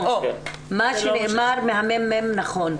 מה שנאמר ממרכז המידע והמחקר נכון.